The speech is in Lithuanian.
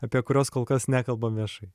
apie kuriuos kol kas nekalbam viešai